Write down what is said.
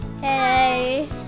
Hey